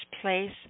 place